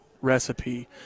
recipe